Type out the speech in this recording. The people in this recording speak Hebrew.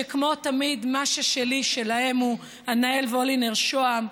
שכמו תמיד מה ששלי שלהם הוא: ענהאל וולינר-שהם,